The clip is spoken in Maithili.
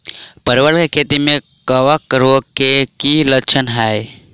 परवल केँ खेती मे कवक रोग केँ की लक्षण हाय?